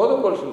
קודם כול שלך,